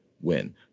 win